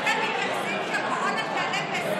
חתומים שם פקידי האוצר והבריאות.